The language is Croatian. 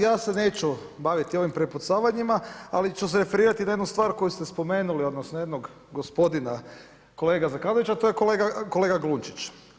Ja se neću baviti ovim prepucavanjima, ali ću se referirati na jednu stvar koju ste spomenuli, odnosno jednog gospodina kolega Zekanoviću, a to je kolega Glunčić.